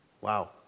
Wow